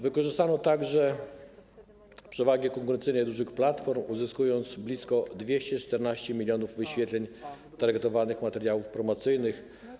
Wykorzystano także przewagi konkurencyjne dużych platform, uzyskując blisko 214 mln wyświetleń targetowanych materiałów promocyjnych.